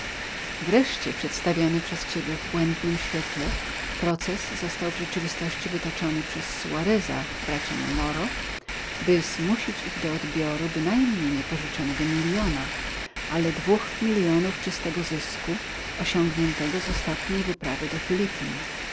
wreszcie przedstawiony przez ciebie w błędnym świetle proces został w rzeczywistości wytoczony przez suareza braciom moro by zmusić ich do odbioru bynajmniej nie pożyczonego miliona ale dwóch milionów czystego zysku osiągniętego z ostatniej wyprawy do filipin